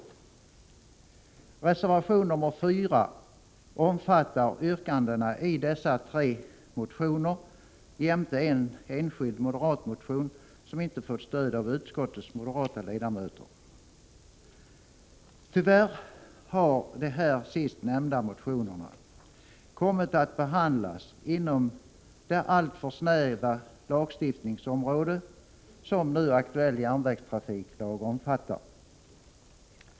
Reservation nr 4 omfattar yrkandena i dessa tre motioner jämte en enskild moderatmotion, som inte fått stöd av utskottets moderata ledamöter. Tyvärr har de här sist nämnda motionerna kommit att behandlas inom det alltför snäva lagstiftningsområde som nu aktuell järnvägstrafiklag omfattar.